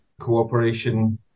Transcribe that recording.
cooperation